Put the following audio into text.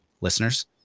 listeners